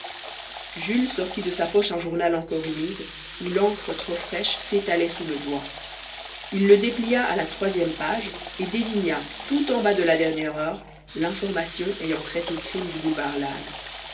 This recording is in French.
jules sortit de sa poche un journal encore humide où l'encre trop fraîche s'étalait sous le doigt il le déplia à la troisième page et désigna tout en bas de la dernière heure l'information ayant trait au crime du boulevard lannes